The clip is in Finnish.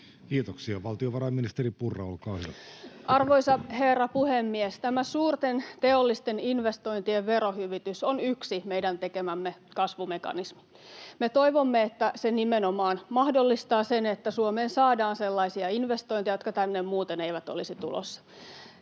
Kiitoksia. — Valtiovarainministeri Purra, olkaa hyvä. Arvoisa herra puhemies! Tämä suurten teollisten investointien verohyvitys on yksi meidän tekemämme kasvumekanismi. Me toivomme, että se nimenomaan mahdollistaa sen, että Suomeen saadaan sellaisia investointeja, jotka tänne muuten eivät olisi tulossa.